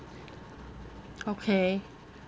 okay